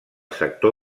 sector